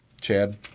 Chad